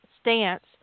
stance